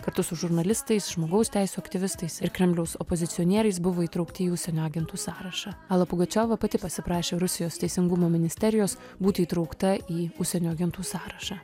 kartu su žurnalistais žmogaus teisių aktyvistais ir kremliaus opozicionieriais buvo įtraukti į užsienio agentų sąrašą alą pugačiova pati pasiprašė rusijos teisingumo ministerijos būti įtraukta į užsienio agentų sąrašą